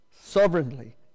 sovereignly